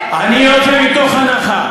אני יוצא מהנחה,